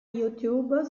youtube